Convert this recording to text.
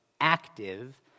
active